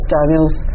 Daniel's